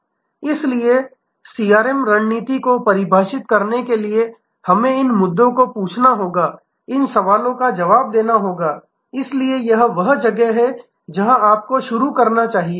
इसलिए सीआरएम रणनीति को परिभाषित करने के लिए हमें इन मुद्दों को पूछना होगा और इन सवालों का जवाब देना होगा इसलिए यह वह जगह है जहां आपको शुरू करना चाहिए